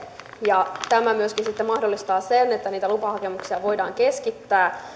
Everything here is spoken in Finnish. ja tämä myöskin sitten mahdollistaa sen että niitä lupahakemuksia voidaan keskittää